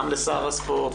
גם לשר הספורט,